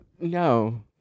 no